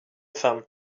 femmes